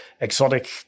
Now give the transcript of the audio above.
exotic